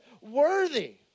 worthy